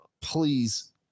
Please